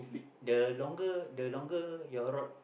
the longer the longer your rod